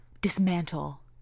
dismantle